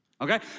okay